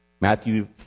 Matthew